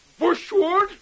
Bushwood